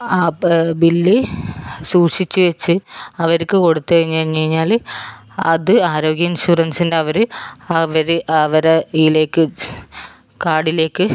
അപ്പം ബില്ല് സൂക്ഷിച്ച് വെച്ച് അവർക്ക് കൊടുത്ത് കഴിഞ്ഞ് കഴിഞ്ഞ് കഴിഞ്ഞാൽ അത് ആരോഗ്യ ഇൻഷുറൻസിൻ്റെ അവർ അവർ അവർ ഇതിലേക്ക് കാർഡിലേക്ക്